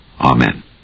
Amen